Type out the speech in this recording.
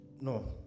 no